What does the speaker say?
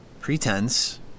pretense